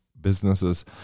businesses